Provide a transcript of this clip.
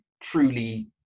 truly